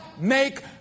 make